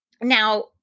now